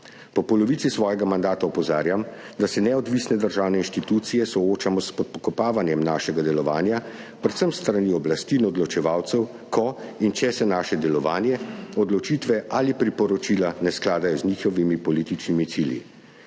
Po polovici svojega mandata opozarjam, da se neodvisne državne inštitucije soočamo s spodkopavanjem našega delovanja, predvsem s strani oblasti in odločevalcev, ko in če se naše delovanje, odločitve ali priporočila ne skladajo z njihovimi političnimi cilji.